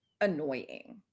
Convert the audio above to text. annoying